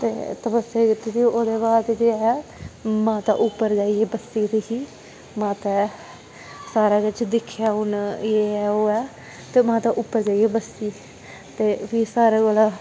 ते तपस्सेआ कीती दी ओह्दे बाद केह् ऐ माता उप्पर जाइयै बस्सी दी ही माता ऐ सारा किश दिक्खेआ उन्न एह् ऐ ओह् ऐ ते माता उप्पर जाइयै बस्सी ते फ्ही सारें कोला